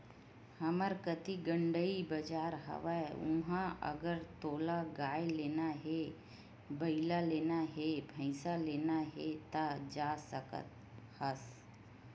हमर कती गंड़ई बजार हवय उहाँ अगर तोला गाय लेना हे, बइला लेना हे, भइसा लेना हे ता जा सकत हस